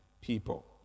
people